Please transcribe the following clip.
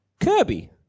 Kirby